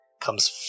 comes